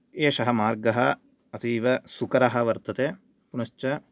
एषः मार्गः अतीवसुकरः वर्तते पुनश्च